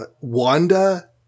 Wanda